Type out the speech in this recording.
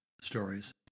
stories